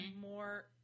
more